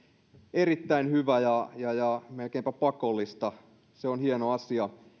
erittäin hyvä ja ja melkeinpä pakollista se on hieno asia